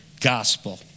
gospel